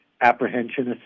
apprehension